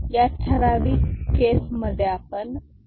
या ठराविक केसमध्ये आपण 4 bit नंबर रिप्रेझेंटेशन पाहणार आहोत